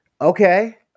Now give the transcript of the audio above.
okay